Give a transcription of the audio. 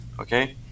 Okay